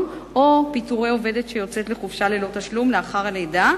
או פיטורי עובדת שיוצאת לחופשה ללא תשלום לאחר הלידה,